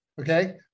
okay